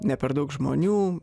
ne per daug žmonių